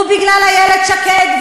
בגלל איילת שקד.